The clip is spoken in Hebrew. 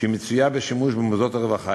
המצויה בשימוש במוסדות הרווחה.